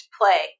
play